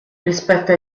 rispetto